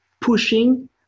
pushing